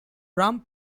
rum